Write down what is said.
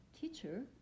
teacher